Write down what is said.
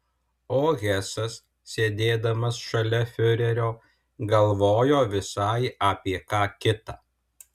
o hesas sėdėdamas šalia fiurerio galvojo visai apie ką kitą